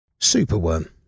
Superworm